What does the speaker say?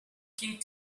can